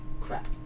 crap